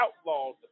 outlawed